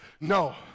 No